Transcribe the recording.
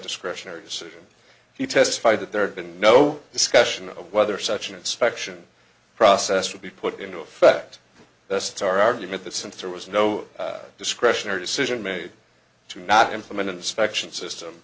discretionary decision he testified that there had been no discussion of whether such an inspection process would be put into effect that's our argument that since there was no discretionary decision made to not implement inspection system